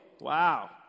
Wow